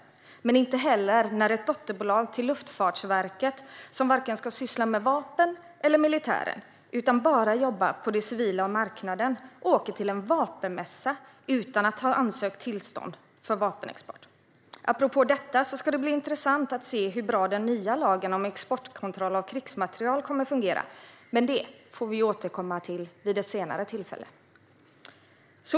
Det är de inte heller när ett dotterbolag till Luftfartsverket, som varken ska syssla med vapen eller militär utan bara jobba på den civila marknaden, åker till en vapenmässa utan att ha ansökt om tillstånd för vapenexport. Apropå detta ska bli intressant att se hur bra den nya lagen om exportkontroll av krigsmateriel kommer att fungera. Men det får vi återkomma till vid ett senare tillfälle.